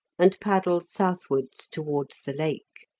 and paddled southwards towards the lake.